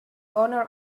owner